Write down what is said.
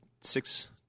six